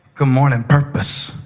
good morning, purpose.